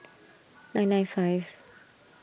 nine nine five